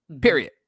Period